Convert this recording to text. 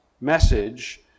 message